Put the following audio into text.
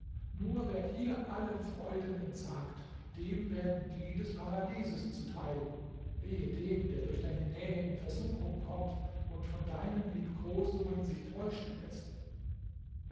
nur wer hier allen freuden entsagt dem werden die des paradieses zu teil wehe dem der durch deine nähe in versuchung kommt und von deinen liebkosungen sich täuschen läßt